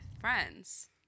friends